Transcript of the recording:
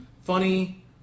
Funny